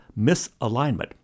misalignment